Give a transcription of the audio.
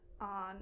on